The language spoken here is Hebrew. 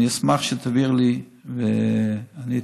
אני אשמח שתעביר אליי ואני אטפל.